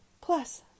Plus